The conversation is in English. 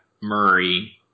Murray